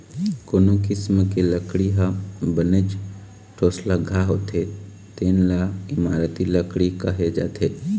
कोनो किसम के लकड़ी ह बनेच ठोसलगहा होथे तेन ल इमारती लकड़ी कहे जाथे